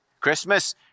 Christmas